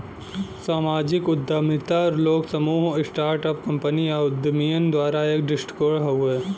सामाजिक उद्यमिता लोग, समूह, स्टार्ट अप कंपनी या उद्यमियन द्वारा एक दृष्टिकोण हउवे